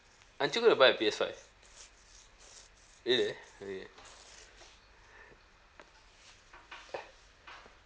aren't you going to buy a P_S five really okay